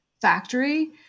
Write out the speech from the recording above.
factory